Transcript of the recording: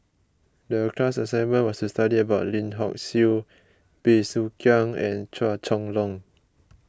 the class assignment was to study about Lim Hock Siew Bey Soo Khiang and Chua Chong Long